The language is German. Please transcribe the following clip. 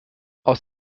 aus